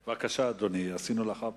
בבקשה, אדוני, עשינו לך פרוטקציה.